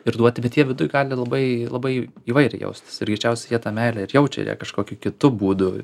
ir duoti bet jie viduj gali labai labai įvairiai jaustis ir greičiausiai jie tą meilę ir jaučia jie kažkokiu kitu būdu